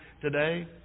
today